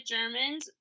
Germans